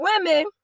women